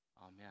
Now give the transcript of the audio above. Amen